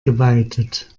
geweitet